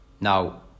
Now